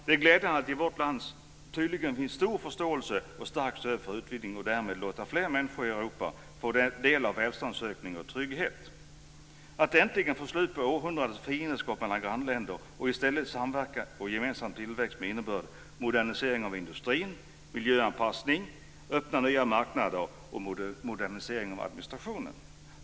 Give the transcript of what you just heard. Det är glädjande att det i vårt land tydligen finns stor förståelse och starkt stöd för utvidgningen och för att därmed låta fler människor i Europa få del av välståndsökningen och tryggheten och att äntligen få slut på århundradens fiendskap mellan grannländer. I stället samverkar man för gemensam tillväxt med följande innebörd: modernisering av industrin, miljöanpassning, öppnande av nya marknader och modernisering av administrationen.